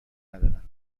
ندارم